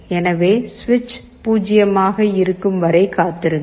எனவே சுவிட்ச் 0 ஆக இருக்கும் வரை காத்திருங்கள்